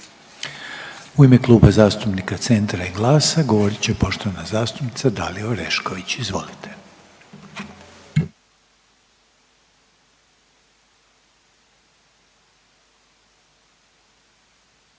U ime Kluba zastupnika SDSS-a govorit će poštovana zastupnica Dragana Jeckov. Izvolite.